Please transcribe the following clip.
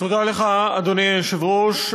תודה לך, אדוני היושב-ראש.